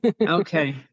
Okay